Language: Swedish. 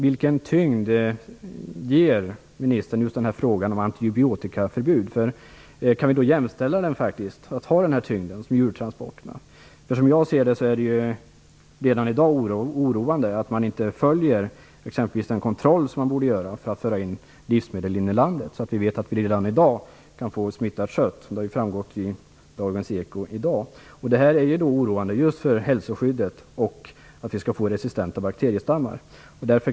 Vilken tyngd ger ministern just frågan om antibiotikaförbud? Kan den jämställas med den tyngd som frågan om djurtransporterna har? Som jag ser det är det redan i dag oroande att man inte fullföljer exempelvis den kontroll som borde göras vid införsel av livsmedel i landet. Det har av Dagens eko i dag framgått att vi redan nu kan få in smittat kött. Det är oroande för hälsoskyddet att vi kan få resistenta bakteriestammar.